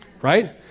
right